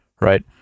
right